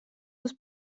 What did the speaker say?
was